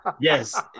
Yes